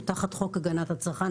הוא תחת חוק הגנת הצרכן,